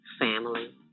family